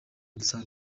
dusanga